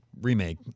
remake